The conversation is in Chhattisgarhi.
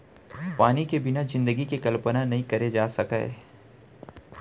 पानी के बिना जिनगी के कल्पना नइ करे जा सकय